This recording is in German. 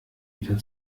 wieder